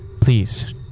Please